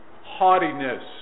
haughtiness